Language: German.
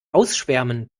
ausschwärmen